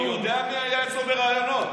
אני יודע מי היה אצלו בראיונות.